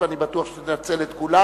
ואני בטוח שתנצל את כולן,